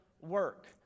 work